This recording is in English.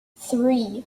three